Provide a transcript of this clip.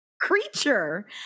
creature